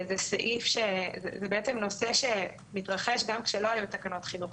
זה נושא שהתרחש גם כשלא היו תקנות חינוך,